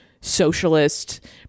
socialist